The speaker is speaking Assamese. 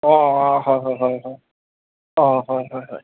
অঁ অঁ হয় হয় হয় হয় অঁ হয় হয় হয়